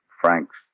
Frank's